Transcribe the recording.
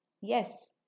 yes